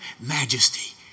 Majesty